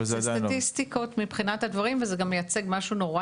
אלו סטטיסטיקות מבחינת הדברים וזה גם מייצג משהו נורא